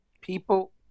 People